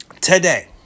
today